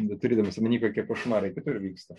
turėdamas omeny kokie košmarai kitur vyksta